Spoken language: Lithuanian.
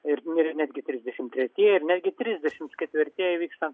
ir netgi trisdešimt tretieji ir netgi trisdešimt ketvirtieji vyksta